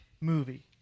movie